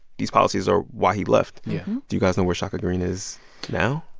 these policies are why he left yeah do you guys know where shaka greene is now?